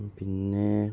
പിന്നേ